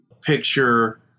picture